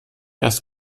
erst